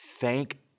Thank